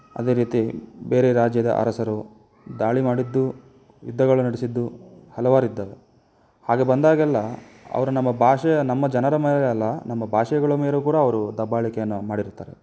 ಅದೇ ರೀತಿ ಬೇರೆ ರಾಜ್ಯದ ಅರಸರು ದಾಳಿ ಮಾಡಿದ್ದು ಯುದ್ಧಗಳು ನಡೆಸಿದ್ದು ಹಲವಾರು ಇದ್ದಾವೆ ಹಾಗೆ ಬಂದಾಗೆಲ್ಲ ಅವ್ರು ನಮ್ಮ ಭಾಷೆ ನಮ್ಮ ಜನರ ಮೇಲೆ ಅಲ್ಲ ನಮ್ಮ ಭಾಷೆಗಳ ಮೇಲೂ ಕೂಡ ಅವರು ದಬ್ಬಾಳಿಕೆಯನ್ನು ಮಾಡಿರುತ್ತಾರೆ